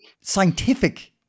Scientific